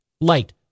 Light